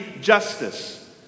justice